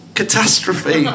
catastrophe